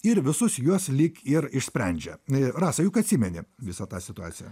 ir visus juos lyg ir išsprendžia a rasa juk atsimeni visą tą situaciją